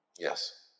Yes